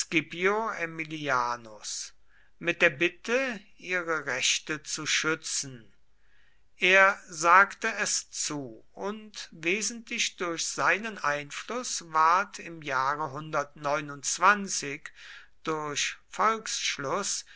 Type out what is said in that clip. scipio aemilianus mit der bitte ihre rechte zu schützen er sagte es zu und wesentlich durch seinen einfluß ward im jahre durch